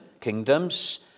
kingdoms